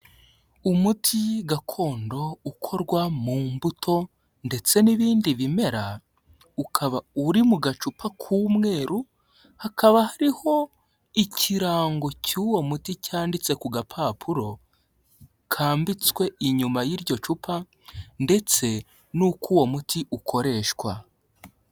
Umuti gakondo ukorwa mu mbuto ndetse n'ibindi bimera, ukaba uri mu gacupa k'umweru hakaba hariho ikirango cy'uwo muti cyanditse ku gapapuro kambitswe inyuma y'iryo cupa, ndetse n'uko uwo muti ukoreshwa.